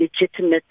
legitimate